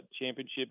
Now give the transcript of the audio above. championship